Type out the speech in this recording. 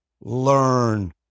learn